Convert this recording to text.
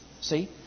See